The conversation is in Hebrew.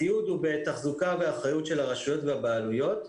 הציוד הוא בתחזוקה ובאחריות של הרשויות והבעלויות.